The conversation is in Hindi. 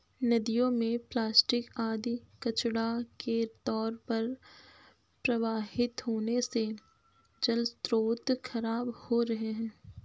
नदियों में प्लास्टिक आदि कचड़ा के तौर पर प्रवाहित होने से जलस्रोत खराब हो रहे हैं